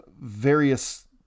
various